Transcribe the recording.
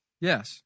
Yes